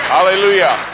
Hallelujah